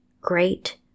great